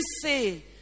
say